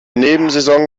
nebensaison